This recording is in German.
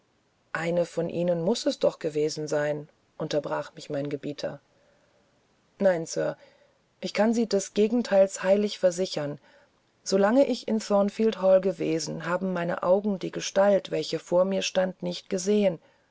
eine von ihnen muß es doch gewesen sein unterbrach mich mein gebieter nein sir ich kann sie des gegenteils heilig versichern so lange ich in thornfield hall gewesen haben meine augen die gestalt welche vor mir stand nicht gesehen